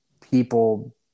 people